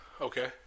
Okay